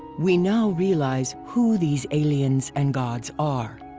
we now realize who these aliens and gods are.